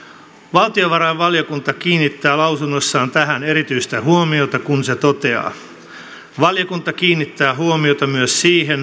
valtiovarainvaliokunta kiinnittää lausunnoissaan tähän erityistä huomiota kun se toteaa valiokunta kiinnittää huomiota myös siihen